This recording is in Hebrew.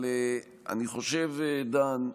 אני חושב, דן,